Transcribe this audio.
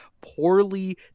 poorly